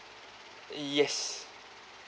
yes